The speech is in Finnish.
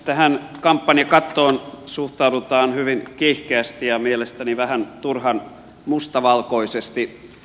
tähän kampanjakattoon suhtaudutaan hyvin kiihkeästi ja mielestäni vähän turhan mustavalkoisesti